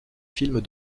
films